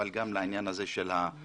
אבל גם לעניין האסירים.